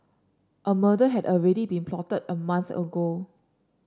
a murder had already been plotted a month ago